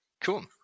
Cool